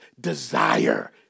desire